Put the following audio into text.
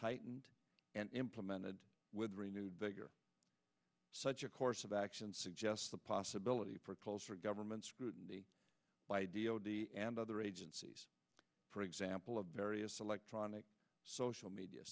implemented with renewed vigor such a course of action suggests the possibility for closer government scrutiny by d o d and other agencies for example of various electronic social media